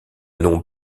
nom